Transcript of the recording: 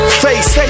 face